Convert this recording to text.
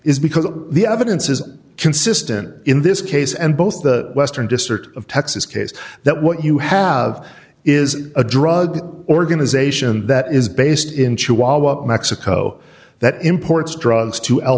is because the evidence is consistent in this case and both the western district of texas case that what you have is a drug organization that is based in chihuahua mexico that imports drugs to el